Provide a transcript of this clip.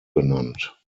benannt